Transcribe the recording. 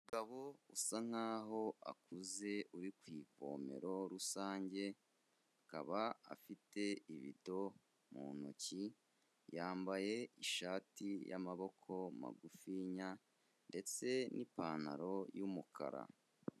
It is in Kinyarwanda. Umugabo usa nkaho akuze uri ku ivomero rusange, akaba afite ibido mu ntoki, yambaye ishati y'amaboko magufinya ndetse n'ipantaro y'umukara.